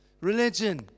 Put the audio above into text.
Religion